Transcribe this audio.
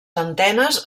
antenes